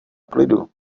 klidu